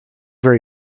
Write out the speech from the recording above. very